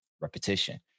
repetition